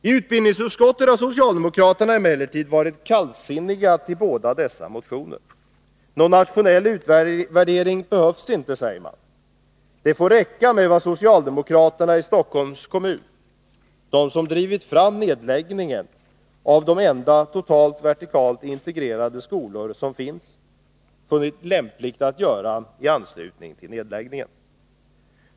I utbildningsutskottet har socialdemokraterna emellertid varit kallsinniga till båda dessa motioner. Någon nationell utvärdering behövs inte, säger man. Det får räcka med vad socialdemokraterna i Stockholms kommun — de som drivit fram nedläggningen av de enda totalt vertikalt integrerade skolor som finns — funnit lämpligt att göra i anslutning till nedläggningen.